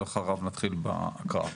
ואחר כך נתחיל בהקראה.